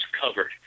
covered